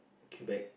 quebec